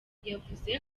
yavuze